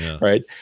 right